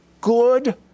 good